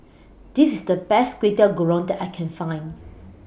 This IS The Best Kway Teow Goreng that I Can Find